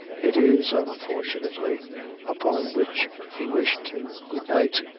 it is, unfortunately upon which he wished him good-night,